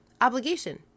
obligation